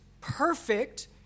perfect